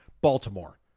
Baltimore